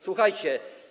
Słuchajcie.